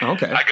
Okay